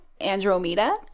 Andromeda